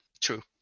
true